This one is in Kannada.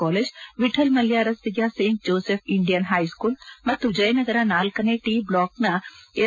ಕಾಲೇಜ್ ವಿಠಲ್ ಮಲ್ಯ ರಸ್ತೆಯ ಸೇಂಟ್ ಜೋಸೆಫ್ ಇಂಡಿಯನ್ ಹೈಸ್ಕೂಲ್ ಮತ್ತು ಜಯನಗರ ಳನೇ ಟಿ ಬ್ಲಾಕ್ನ ಎಸ್